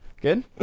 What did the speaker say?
Good